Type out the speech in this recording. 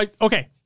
okay